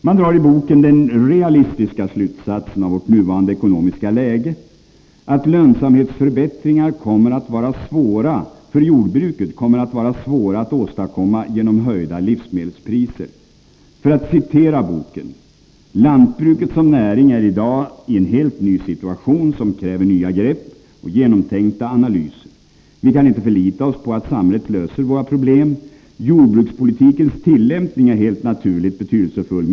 Man drar i boken den realistiska slutsatsen av vårt nuvarande ekonomiska läge, att lönsamhetsförbättringar för jordbruket kommer att vara svåra att åstadkomma genom höjda livsmedelspriser. För att citera boken: ”Lantbruket som näring är i dag i en helt ny situation, som kräver nya grepp och genomtänkta analyser. Vi kan inte förlita oss på att samhället löser våra problem. Jordbrukspolitikens tillämpning är helt naturligt betydelsefull.